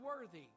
worthy